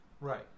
Right